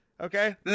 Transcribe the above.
okay